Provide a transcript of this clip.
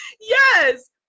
Yes